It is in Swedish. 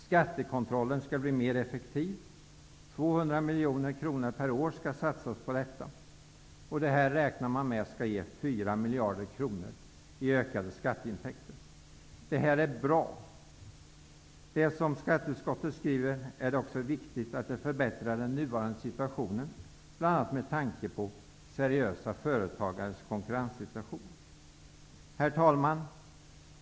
Skattekontrollen skall bli mer effektiv. 200 miljoner kronor per år skall satsas på detta. Man räknar med att detta skall ge 4 miljarder kronor i ökade skatteintäkter. Det är bra. Skatteutskottet skriver att det är viktigt att förbättra den nuvarande situationen, bl.a. med tanke på seriösa företagares konkurrenssituation. Herr talman!